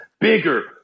Bigger